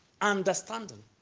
understanding